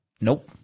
Nope